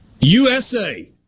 USA